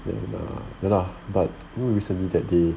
then uh ya lah but you know recently that day